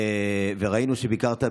ואכן ראינו שביקרת בלוד.